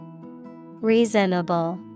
Reasonable